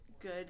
good